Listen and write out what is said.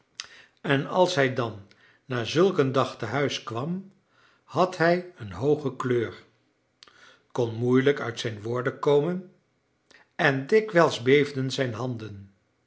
en als hij dan na zulk een dag tehuis kwam had hij een hooge kleur kon moeilijk uit zijn woorden komen en dikwijls beefden zijn handen